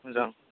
मोजां